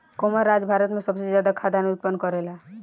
कवन राज्य भारत में सबसे ज्यादा खाद्यान उत्पन्न करेला?